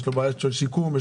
בעיות של שיקום,